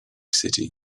city